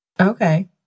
Okay